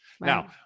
Now